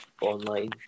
online